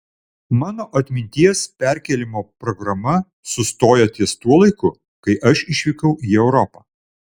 mano atminties perkėlimo programa sustoja ties tuo laiku kai aš išvykau į europą